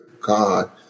God